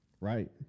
Right